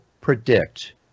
predict